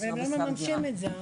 אבל הם לא יכולים לממש את זה.